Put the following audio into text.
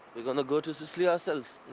we're gonna go to sicily ourselves.